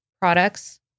products